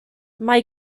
mae